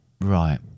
Right